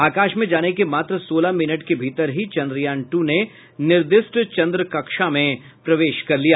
आकाश में जाने के मात्र सोलह मिनट के भीतर ही चंद्रयान टू ने निर्दिष्ट चंद्र कक्षा में प्रवेश कर लिया